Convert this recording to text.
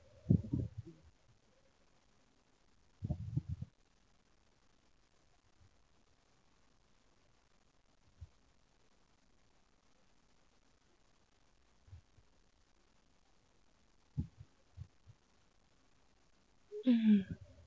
mmhmm